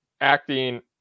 acting